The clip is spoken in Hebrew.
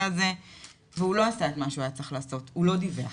הזה והוא לא עשה את מה שהוא היה צריך לעשות והוא לא דיווח